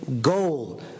goal